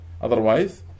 otherwise